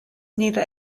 neither